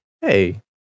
hey